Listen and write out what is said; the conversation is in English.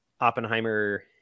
Oppenheimer